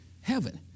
heaven